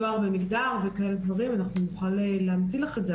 אנחנו נוכל להמציא לך את זה,